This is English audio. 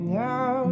now